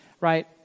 right